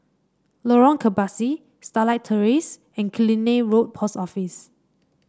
Lorong Kebasi Starlight Terrace and Killiney Road Post Office